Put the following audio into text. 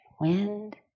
wind